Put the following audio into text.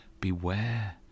Beware